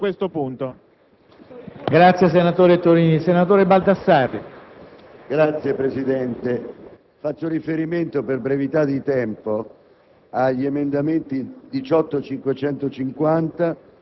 su questo punto c'è stato un consenso unitario all'interno della Commissione affari esteri, che ha espresso un parere favorevole veramente con il plauso e il consenso di tutti,